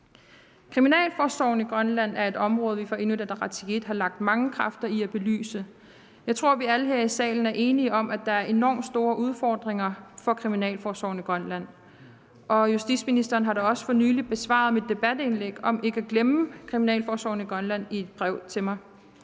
Kriminalforsorgen i Grønland er et område, vi fra Inuit Ataqatigiits side har lagt mange kræfter i at belyse. Jeg tror, at vi alle her i salen er enige om, at der er enormt store udfordringer for Kriminalforsorgen i Grønland, og justitsministeren har da også for nylig i et brev til mig besvaret mit debatindlæg om ikke at glemme Kriminalforsorgen i Grønland. Tak for